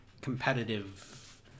competitive